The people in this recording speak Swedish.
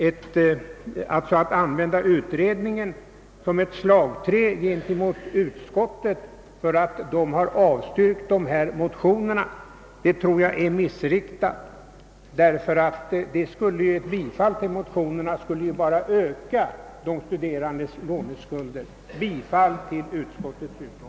Att alltså använda utredningen som ett slagträ gentemot utskottet därför att utskottet har avstyrkt motionerna tror jag är missriktat. Ett bifall till motionerna skulle bara öka de studerandes låneskulder. Jag yrkar bifall till utskottets hemställan.